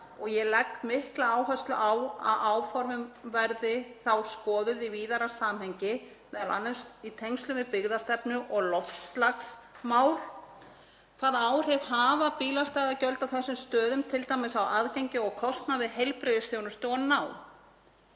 Ég legg mikla áherslu á að áformin verði þá skoðuð í víðara samhengi, m.a. í tengslum við byggðastefnu og loftslagsmál. Hvaða áhrif hafa bílastæðagjöld á þessum stöðum, t.d. á aðgengi og kostnað við heilbrigðisþjónustu og